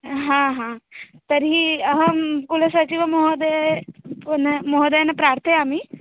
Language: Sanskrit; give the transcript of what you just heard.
हा हा तर्हि अहं कुलसचिवमहोदये येन महोदयेन प्रार्थयामि